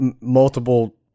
multiple